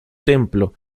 templo